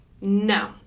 No